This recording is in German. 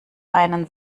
einen